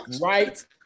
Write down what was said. right